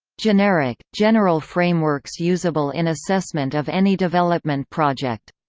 generic general frameworks usable in assessment of any development project.